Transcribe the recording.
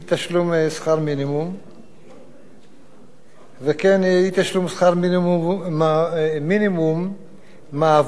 שכר מינימום וכן אי-תשלום שכר מינימום מהווים,